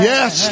Yes